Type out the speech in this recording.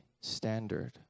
standard